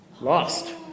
Lost